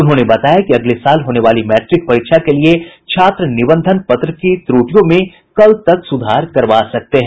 उन्होंने बताया कि अगले साल होने वाली मैट्रिक परीक्षा के लिये छात्र निबंधन पत्र की त्रुटियों में कल तक सुधार करवा सकते हैं